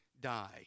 die